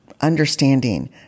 understanding